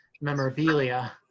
memorabilia